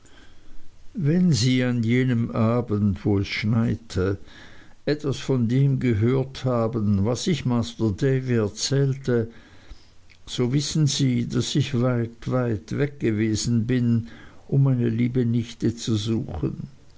wenn sie an jenem abend wo es schneite etwas von dem gehört haben was ich master davy erzählte so wissen sie daß ich weit weit weggewesen bin um meine liebe nichte zu suchen